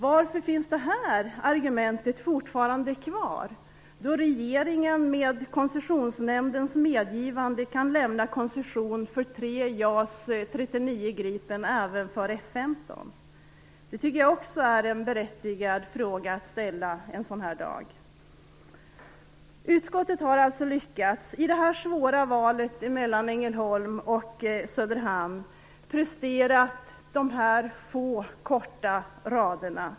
Varför finns det argumentet fortfarande kvar då regeringen med Koncessionsnämndens medgivande kan lämna koncession för tre JAS 39 Gripen även för F 15? Det tycker jag också är en berättigad fråga att ställa en sådan här dag. Utskottet har alltså lyckats i det här svåra valet mellan Ängelholm och Söderhamn att prestera de här få korta raderna.